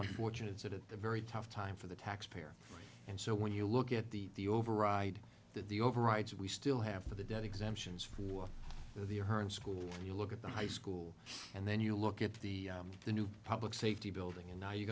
unfortunate at the very tough time for the taxpayer and so when you look at the the override that the overrides we still have the debt exemptions for the current school and you look at the high school and then you look at the the new public safety building and now you